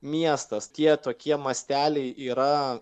miestas tie tokie masteliai yra